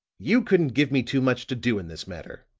you couldn't give me too much to do in this matter,